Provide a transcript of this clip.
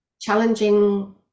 Challenging